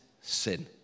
sin